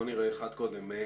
בוא נראה אחד קודם.